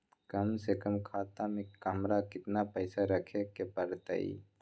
कम से कम खाता में हमरा कितना पैसा रखे के परतई?